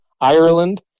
Ireland